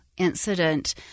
Incident